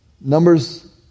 Numbers